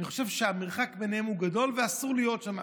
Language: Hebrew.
אני חושב שהמרחק ביניהם הוא גדול ואסור להיות שם.